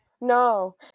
no